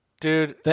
Dude